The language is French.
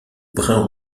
brun